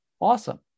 Awesome